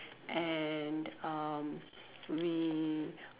and um we